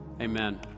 Amen